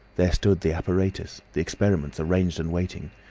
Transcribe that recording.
there stood the apparatus, the experiments arranged and waiting.